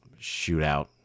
shootout